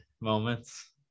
moments